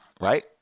right